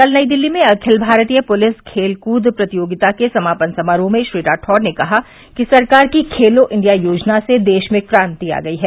कल नई दिल्ली में अखिल भारतीय पुलिस खेल कद प्रतियोगिता के समापन समारोह में श्री राठौड़ ने कहा कि सरकार की खेलो इंडिया योजना से देश में क्रांति आ गई है